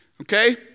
Okay